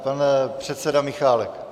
Pan předseda Michálek.